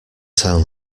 town